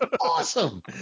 awesome